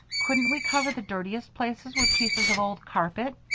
couldn't we cover the dirtiest places with pieces of old carpet?